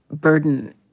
burden